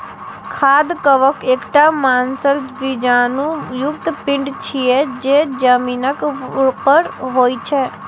खाद्य कवक एकटा मांसल बीजाणु युक्त पिंड छियै, जे जमीनक ऊपर होइ छै